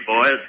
boys